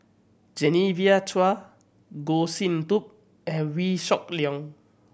Genevieve Chua Goh Sin Tub and Wee Shoo Leong